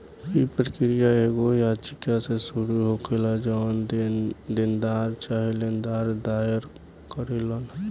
इ प्रक्रिया एगो याचिका से शुरू होखेला जवन देनदार चाहे लेनदार दायर करेलन